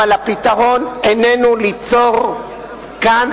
אבל הפתרון איננו ליצור כאן הפרדה.